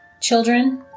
Children